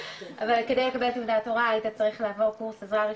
אבל כדי לקבל תעודת הוראה אתה צריך לעבור קורס עזרה ראשונה,